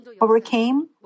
overcame